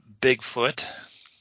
Bigfoot